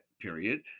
period